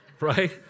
Right